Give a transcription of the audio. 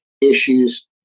Issues